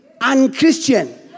unchristian